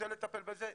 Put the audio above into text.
רוצה לטפל בזה.